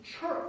church